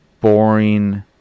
boring